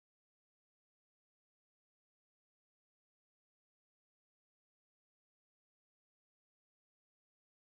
I guess I had a bangla patient who came into the E_D he injured himself and then um the company